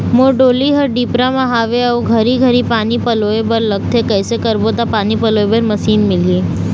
मोर डोली हर डिपरा म हावे अऊ घरी घरी पानी पलोए बर लगथे कैसे करबो त पानी पलोए बर मशीन मिलही?